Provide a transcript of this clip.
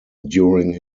during